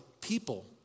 people